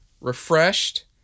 refreshed